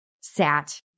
sat